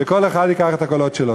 וכל אחד ייקח את הקולות שלו.